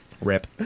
Rip